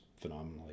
phenomenally